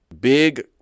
Big